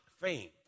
fame